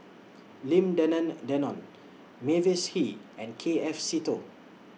Lim Denan Denon Mavis Hee and K F Seetoh